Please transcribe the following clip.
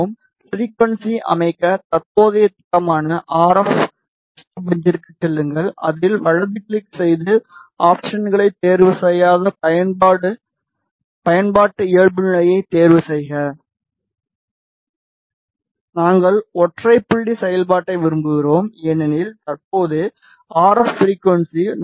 ஃபிரிகுவன்ஸியை அமைக்க தற்போதைய திட்டமான ஆர் எப் மேட்ச் டெஸ்ட்பெஞ்சிற்குச் செல்லுங்கள் அதில் வலது கிளிக் செய்து ஆப்ஷன்களை தேர்வுசெய்யாத பயன்பாட்டு இயல்புநிலைகளைத் தேர்வுசெய்க நாங்கள் ஒற்றை புள்ளி செயல்பாட்டை விரும்புகிறோம் ஏனெனில் தற்போது ஆர் எப் ஃபிரிகுவன்ஸி 4